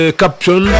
caption